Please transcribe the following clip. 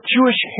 Jewish